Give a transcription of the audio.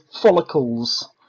follicles